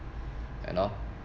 you know